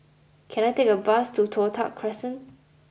can I take a bus to Toh Tuck Crescent